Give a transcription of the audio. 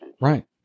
Right